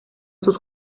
sus